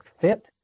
fit